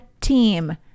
team